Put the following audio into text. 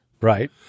Right